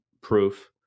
proof